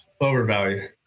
Overvalued